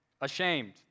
ashamed